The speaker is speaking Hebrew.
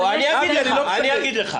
אני לא מבין.